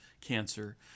cancer